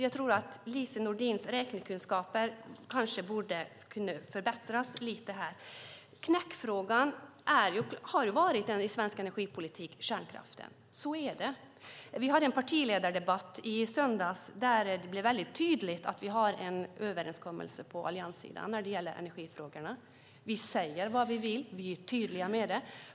Jag tror att Lise Nordins kunskaper i räkning kanske borde kunna förbättras lite grann här. Knäckfrågan i svensk energipolitik har varit kärnkraften; så är det. I partiledardebatten i söndags blev det väldigt tydligt att vi på allianssidan har en överenskommelse i energifrågorna. Vi talar om vad vi vill och är tydliga med det.